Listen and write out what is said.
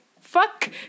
fuck